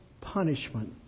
punishment